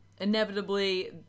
Inevitably